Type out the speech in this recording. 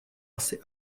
asi